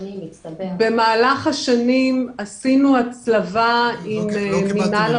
במהלך השנים עשינו הצלבה עם מינהל האוכלוסין.